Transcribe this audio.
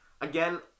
again